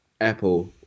Apple